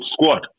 squad